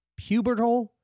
pubertal